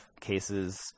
cases